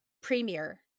premier